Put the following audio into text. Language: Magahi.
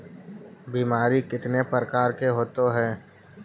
बीमारी कितने प्रकार के होते हैं?